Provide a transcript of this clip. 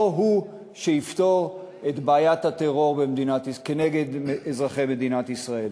לא הוא שיפתור את בעיית הטרור כנגד אזרחי מדינת ישראל.